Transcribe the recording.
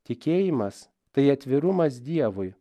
tikėjimas tai atvirumas dievui